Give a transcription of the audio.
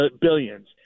billions